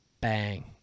Bang